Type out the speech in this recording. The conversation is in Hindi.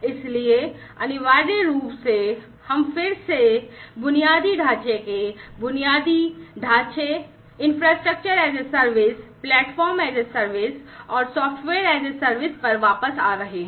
इसलिए अनिवार्य रूप से हम फिर से बुनियादी ढांचे के infrastructure as a service platform as a service और software as a service पर वापस आ रहे हैं